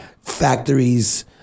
factories